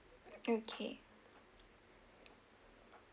okay